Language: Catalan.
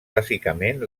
bàsicament